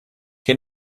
che